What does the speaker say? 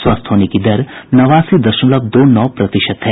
स्वस्थ होने की दर नवासी दशमलव दो नौ प्रतिशत है